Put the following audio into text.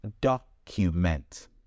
document